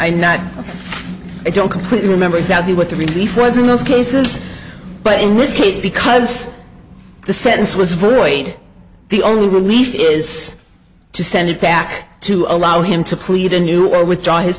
i'm not i don't completely remember exactly what the relief was in those cases but in this case because the sentence was void the only relief is to send it back to allow him to plead anew or withdraw his